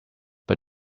but